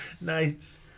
Nice